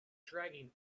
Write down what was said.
dragging